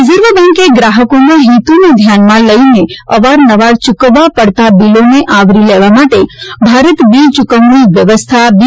reserve બેંકે ગ્રાહકોના હિતોને ધ્યાનમાં લઇને અવાર નવાર ચુકવવા પડતા બીલોને આવરી લેવા માટે ભારત બીલ ચુકવણી વ્યવસ્થા બી